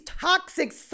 toxic